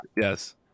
yes